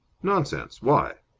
nonsense! why?